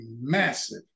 massive